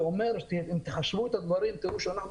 אם תחשבו את הדברים תוכלו לראות שאנחנו